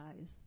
eyes